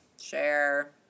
share